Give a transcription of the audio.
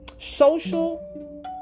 social